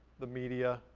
the media,